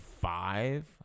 five